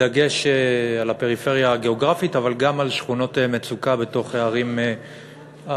בדגש על הפריפריה הגיאוגרפית אבל גם על שכונות מצוקה בתוך ערי המרכז,